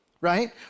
right